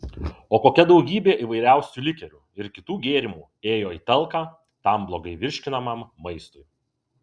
o kokia daugybė įvairiausių likerių ir kitų gėrimų ėjo į talką tam blogai virškinamam maistui